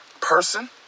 person